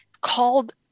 called